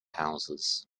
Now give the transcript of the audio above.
houses